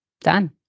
Done